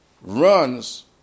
runs